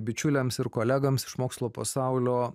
bičiuliams ir kolegoms iš mokslo pasaulio